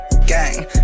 Gang